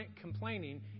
complaining